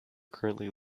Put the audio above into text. currently